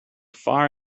far